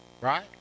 Right